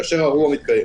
כאשר האירוע מתקיים